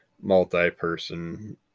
Multi-person